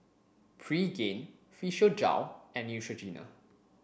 Pregain Physiogel and Neutrogena